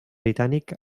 britànic